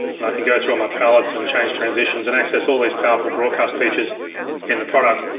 and i can go through all my palettes and change transitions and access all these powerful broadcast features in the product.